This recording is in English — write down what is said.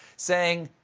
saying,